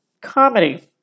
comedy